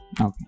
Okay